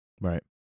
Right